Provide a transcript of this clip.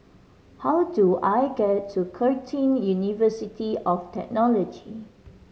how do I get to Curtin University of Technology